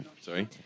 Sorry